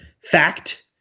fact